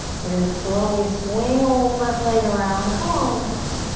we're gonna slowly swing ol' left leg around. come on now.